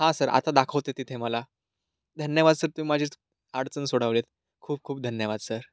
हा सर आता दाखवते तिथे मला धन्यवाद सर तुम्ही माझी अडचण सोडवलीत खूप खूप धन्यवाद सर